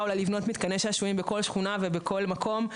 לבנות מתקני שעשועים בכל שכונה ובכל מקום,